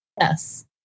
Yes